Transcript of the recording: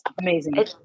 Amazing